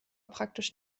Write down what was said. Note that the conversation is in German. praktisch